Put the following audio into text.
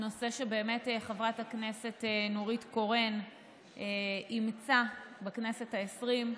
זה נושא שבאמת חברת הכנסת נורית קורן אימצה בכנסת העשרים.